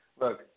look